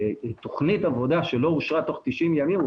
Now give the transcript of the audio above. שתוכנית עבודה שלא אושרה בתוך 90 ימים,